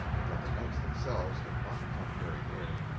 but that the knights themselves had not come very near.